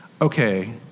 okay